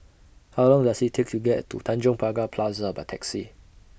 How Long Does IT Take to get to Tanjong Pagar Plaza By Taxi